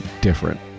different